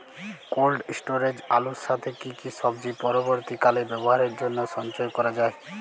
Cold স্টোরেজে আলুর সাথে কি কি সবজি পরবর্তীকালে ব্যবহারের জন্য সঞ্চয় করা যায়?